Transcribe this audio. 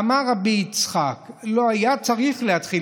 "אמר רבי יצחק: לא היה צריך להתחיל